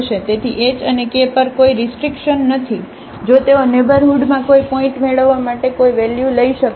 તેથી h અને k પર કોઈ રીસ્ટ્રેકશન નથી જો તેઓ નેઇબરહુડમાં કોઈ પોઇન્ટ મેળવવા માટે કોઈ વેલ્યુ લઈ શકે